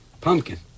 Pumpkin